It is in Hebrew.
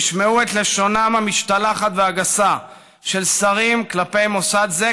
תשמעו את לשונם המשתלחת והגסה של שרים כלפי מוסד זה,